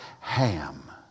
Ham